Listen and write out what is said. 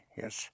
yes